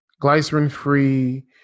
glycerin-free